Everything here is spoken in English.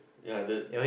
ya the